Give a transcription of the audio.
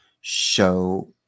show